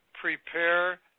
prepare